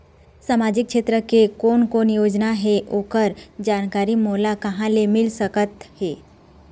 सामाजिक क्षेत्र के कोन कोन योजना हे ओकर जानकारी मोला कहा ले मिल सका थे?